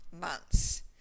months